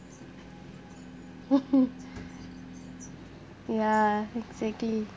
ya exactly